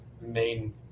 main